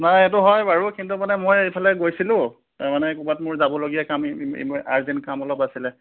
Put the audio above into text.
নাই এইটো হয় বাৰু কিন্তু মানে মই এইফালে গৈছিলোঁ তাৰমানে ক'ৰবাত মোৰ যাবলগীয়া কাম ইমা আৰ্জেণ্ট কাম অলপ আছিলে